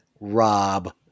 rob